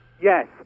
Yes